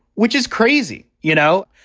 which is crazy. you know,